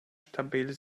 stabil